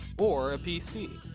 or ah pc.